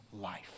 life